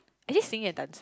actually singing and dancing